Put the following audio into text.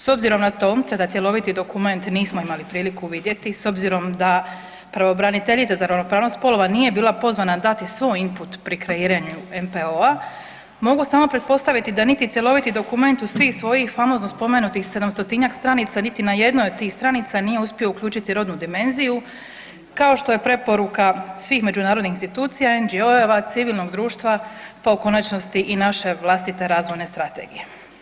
S obzirom na to da cjeloviti dokument nismo imali priliku vidjeti, s obzirom da pravobraniteljica za ravnopravnost spolova nije bila pozvana dati svoj imput pri kreiranju NPO-a mogu samo pretpostaviti da niti cjeloviti dokument u svih svojih spomenutih sedamstotinjak stranica niti na jednoj od tih stranica nije uspio uključiti rodnu dimenziju kao što je preporuka svih međunarodnih institucija, NGO-a, civilnog društva, pa u konačnosti i naše vlastite Razvojne strategije.